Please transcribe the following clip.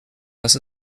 dass